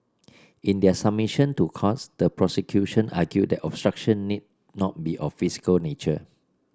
in their submission to courts the prosecution argued that obstruction need not be of physical nature